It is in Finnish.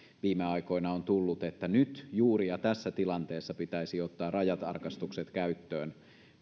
viime aikoina on tullut että nyt juuri ja tässä tilanteessa pitäisi ottaa rajatarkastukset käyttöön